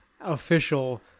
official